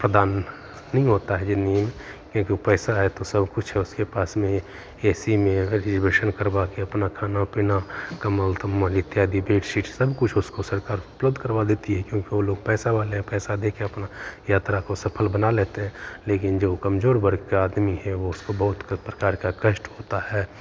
प्रदान नहीं होता है जिंदगी में क्योंकि पैसा है तो सब कुछ है उसके पास में ए सी में रिज़रबेशन करवा के अपना खाना पीना कंबल तंबल इत्यादि बेड शीट सब सब कुछ उसको सरकार उपलब्ध करवा देती है क्योंकि वो लोग पैसा वाले है पैसा देके अपना यात्रा को सफल बना लेते हैं लेकिन जो कमजोर वर्ग का आदमी है वो उसको बहुत प्रकार का कष्ट होता है